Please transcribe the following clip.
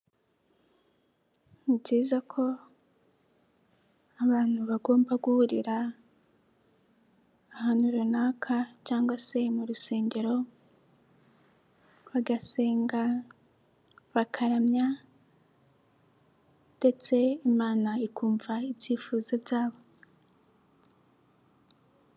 Ni byiza ko abantu bagomba guhurira ahantu runaka cyangwa se mu rusengero bagasenga, bakaramya ndetse imana ikumva ibyifuzo byabo.